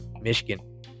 Michigan